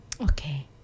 Okay